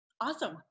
Awesome